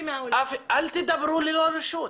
אל תדברי ללא רשות.